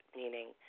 meaning